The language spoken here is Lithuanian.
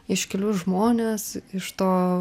iškilius žmones iš to